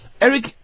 Eric